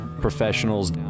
professionals